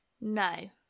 No